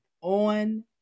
on